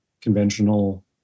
conventional